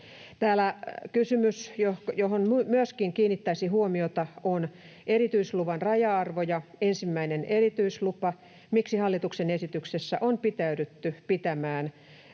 Kysymys, johon täällä myöskin kiinnittäisin huomiota, on erityisluvan raja-arvo ja ensimmäinen erityislupa. Miksi hallituksen esityksessä on pitäydytty pitämään